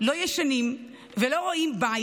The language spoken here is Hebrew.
לא ישנים ולא רואים בית,